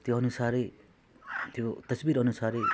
त्यो अनुसार त्यो तस्बिर अनुसार